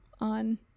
on